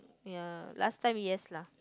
ya last time yes lah